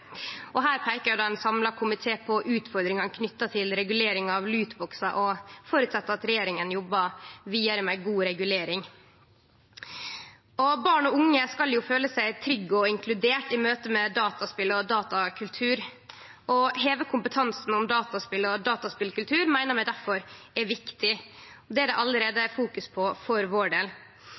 Her peikar ein samla komité på utfordringane som er knytte til regulering av lootbokser, og føreset at regjeringa jobbar vidare med ei god regulering. Barn og unge skal føle seg trygge og inkluderte i møtet med dataspel og dataspelkultur. Å heve kompetansen på dataspel og dataspelkultur meiner vi difor er viktig, og det fokuserer vi allereie på.